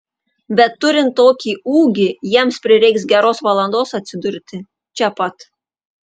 bet turint tokį ūgį jiems prireiks geros valandos atsidurti čia pat